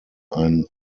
ein